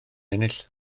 ennill